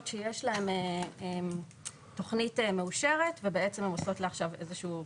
שיש להם תכנית מאושרת ובעצם הן עושות לה עכשיו איזה שהיא רביזיה,